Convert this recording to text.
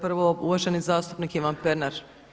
Prvo uvaženi zastupnik Ivan Pernar.